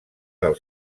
del